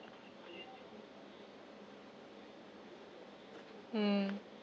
mm